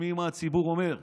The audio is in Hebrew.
תשמעי מה הציבור אומר.